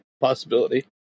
possibility